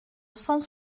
cent